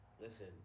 Listen